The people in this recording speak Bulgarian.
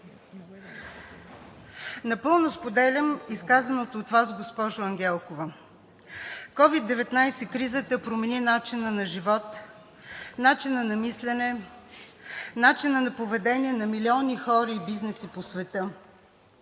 Напълно споделям изказаното от Вас, госпожо Ангелкова. COVID-19 кризата промени начина на живот, начина на мислене, начина на поведение на милиони хора и бизнеси по света.